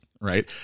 right